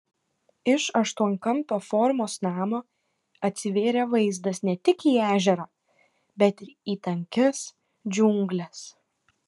iš aštuonkampio formos namo atsivėrė vaizdas ne tik į ežerą bet ir į tankias džiungles